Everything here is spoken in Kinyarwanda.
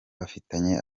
bafitanye